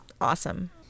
Awesome